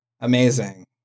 amazing